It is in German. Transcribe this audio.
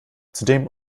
zudem